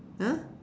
!huh!